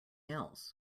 else